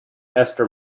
esther